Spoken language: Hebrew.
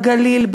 בגליל,